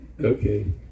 Okay